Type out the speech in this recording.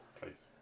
please